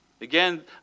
Again